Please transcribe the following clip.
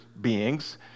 beings